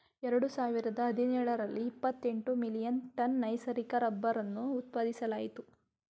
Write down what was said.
ಎರಡು ಸಾವಿರದ ಹದಿನೇಳರಲ್ಲಿ ಇಪ್ಪತೆಂಟು ಮಿಲಿಯನ್ ಟನ್ ನೈಸರ್ಗಿಕ ರಬ್ಬರನ್ನು ಉತ್ಪಾದಿಸಲಾಯಿತು